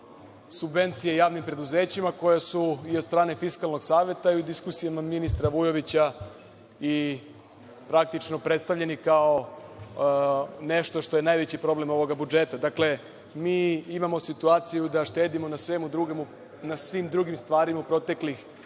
subvencije javnim preduzećima koja su i od strane Fiskalnog saveta i u diskusijama od ministra Vujovića, praktično predstavljeni kao nešto što je najveći problem ovog budžeta. Dakle, mi imao situaciju da štedimo na svim drugim stvarima u proteklih